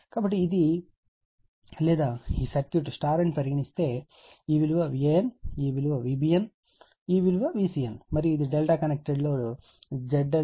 కాబట్టి ఇది లేదా ఈ సర్క్యూట్ Υ అని పరిగణిస్తే ఈ విలువ Van ఈ విలువ Vbn మరియు ఈ విలువ Vcn మరియు ఇది ∆ connector load Z∆ Z∆ Z∆